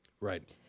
Right